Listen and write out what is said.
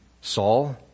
Saul